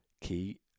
Key